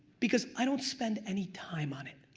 because i don't spend any time on it.